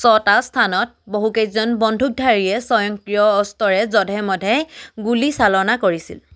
ছটা স্থানত বহুকেইজন বন্দুকধাৰীয়ে স্বয়ংক্ৰিয় অস্ত্ৰৰে জধে মধে গুলীচালনা কৰিছিল